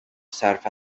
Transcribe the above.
serve